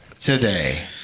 today